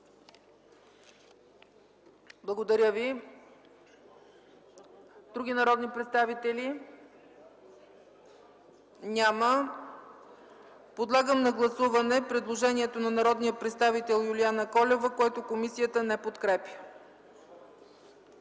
инстанция.” Други народни представители? Няма. Подлагам на гласуване предложението на народния представител Юлиана Колева, което комисията не подкрепя.